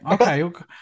Okay